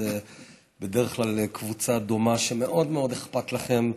זה בדרך כלל קבוצה דומה, ומאוד אכפת לכם,